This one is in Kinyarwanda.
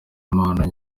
impano